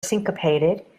syncopated